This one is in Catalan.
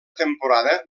temporada